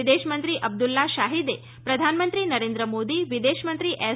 વિદેશમંત્રી અબ્દુલા શાહીદે પ્રધાનમંત્રી નરેન્દ્ર મોદી વિદેશમંત્રી એસ